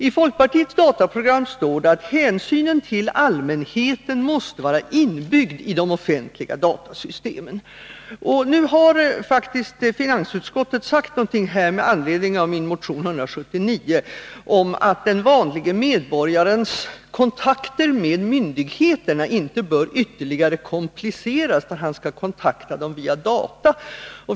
I folkpartiets dataprogram står det att hänsynen till allmänheten måste vara inbyggd i de offentliga datasystemen. Finansutskottet har faktiskt med anledning av min motion 179 sagt att den vanlige medborgarens kontakter med myndigheterna inte bör ytterligare kompliceras, när han skall kontakta dem via data.